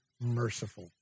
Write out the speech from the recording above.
merciful